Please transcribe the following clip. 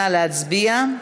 נא להצביע.